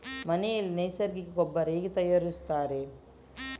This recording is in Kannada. ಮನೆಯಲ್ಲಿ ನೈಸರ್ಗಿಕ ಗೊಬ್ಬರ ಹೇಗೆ ತಯಾರಿಸುತ್ತಾರೆ?